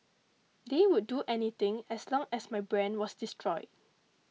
they would do anything as long as my brand was destroyed